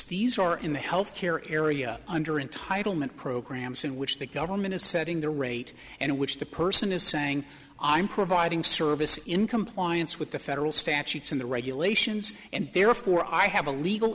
stevens or in the health care area under in title meant programs in which the government is setting the rate and which the person is saying i'm providing services in compliance with the federal statutes in the regulations and therefore i have a legal